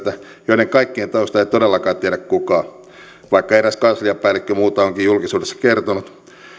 joiden kaikkien taustaa ei todellakaan tiedä kukaan vaikka eräs kansliapäällikkö muuta onkin julkisuudessa kertonut